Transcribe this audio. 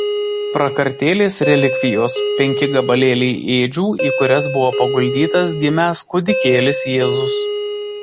prakartėlės relikvijos penki gabalėliai ėdžių į kurias buvo paguldytas gimęs kūdikėlis jėzus